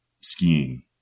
skiing